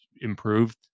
improved